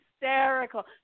hysterical